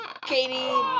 Katie